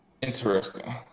interesting